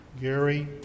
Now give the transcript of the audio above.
Gary